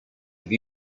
have